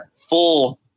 full